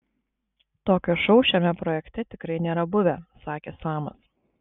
tokio šou šiame projekte tikrai nėra buvę sakė samas